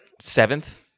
seventh